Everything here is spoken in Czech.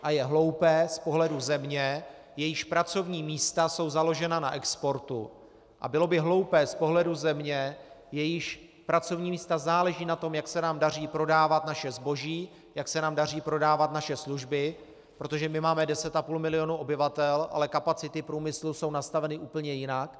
A je hloupé z pohledu země, jejíž pracovní místa jsou založena na exportu, a bylo by hloupé z pohledu země, jejíž pracovní místa záleží na tom, jak se nám daří prodávat naše zboží, jak se nám daří prodávat naše služby, protože my máme deset a půl milionu obyvatel, ale kapacity průmyslu jsou nastaveny úplně jinak...